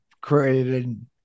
created